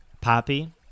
Poppy